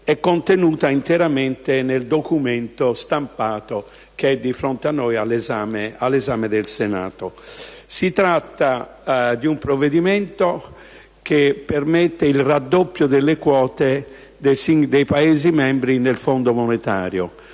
è contenuta interamente nel documento stampato che all'esame del Senato. Sì tratta di un provvedimento che permette il raddoppio delle quote dei Paesi membri nel Fondo monetario: